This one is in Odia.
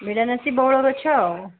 ବିଡ଼ାନାସି ବଉଳ ଗଛ ଆଉ